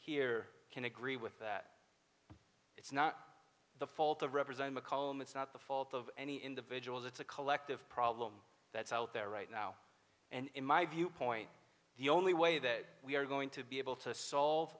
here can agree with that it's not the fault of representing mccollum it's not the fault of any individuals it's a collective problem that's out there right now and in my viewpoint the only way that we are going to be able to solve